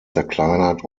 zerkleinert